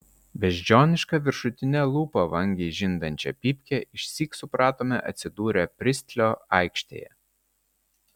beždžioniška viršutine lūpa vangiai žindančią pypkę išsyk supratome atsidūrę pristlio aikštėje